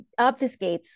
obfuscates